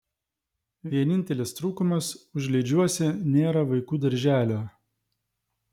vienintelis trūkumas užliedžiuose nėra vaikų darželio